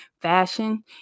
fashion